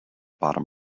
bottom